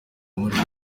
amurika